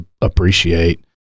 appreciate